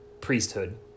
priesthood